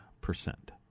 percent